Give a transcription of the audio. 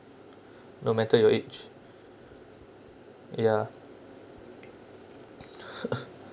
no matter your age ya